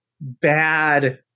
bad